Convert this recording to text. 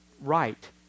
right